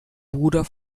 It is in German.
bruder